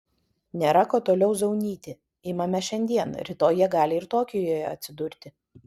nėra ko toliau zaunyti imame šiandien rytoj jie gali ir tokijuje atsidurti